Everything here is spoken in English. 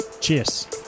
Cheers